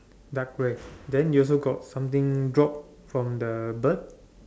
dark red then you also got something drop from the bird